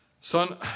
Son